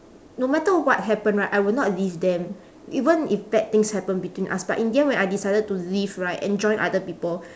no matter what happen right I would not leave them even if bad things happen between us but in the end when I decided to leave right and join other people